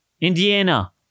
Indiana